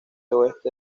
oeste